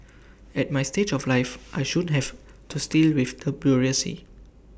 at my stage of life I shun having tooth deal with the bureaucracy